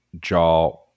jaw